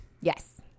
Yes